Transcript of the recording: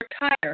retire